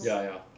ya ya